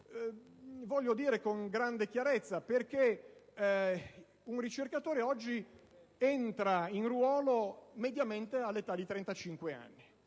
voglio dire con grande chiarezza - perché un ricercatore oggi entra in ruolo mediamente all'età di 35 anni: